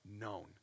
known